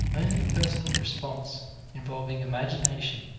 only a personal response involving imagination